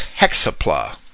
Hexapla